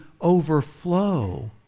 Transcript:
overflow